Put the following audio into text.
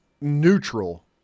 neutral